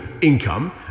income